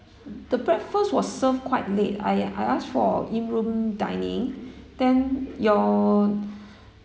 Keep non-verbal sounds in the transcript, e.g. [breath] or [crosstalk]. the breakfast was served quite late I I asked for in room dining then your [breath]